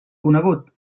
conegut